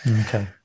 Okay